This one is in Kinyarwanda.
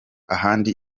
ahandi